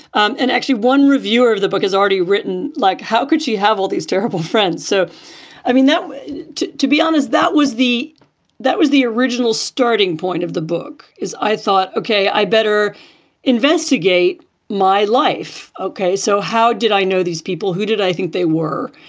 um and actually, one reviewer of the book has already written. like, how could she have all these terrible friends? so i mean that to to be honest, that was the that was the original starting point of the book is i thought, ok, i better investigate my life. ok. so how did i know these people who did i think they were.